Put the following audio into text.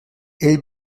ell